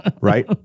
Right